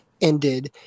ended